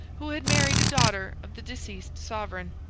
who had married a daughter of the deceased sovereign.